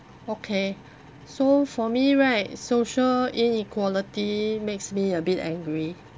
okay so for me right social inequality makes me a bit angry